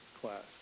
class